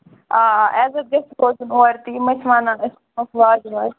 آ آ عزت گژھِ روزُن اورٕ تہِ یِم ٲسۍ وَنان أسۍ دِمہوکھ واجہِ واجہِ